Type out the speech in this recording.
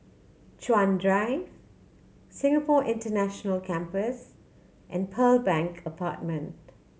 Chuan Drive Singapore International Campus and Pearl Bank Apartment